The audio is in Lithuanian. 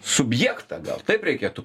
subjektą gal taip reikėtų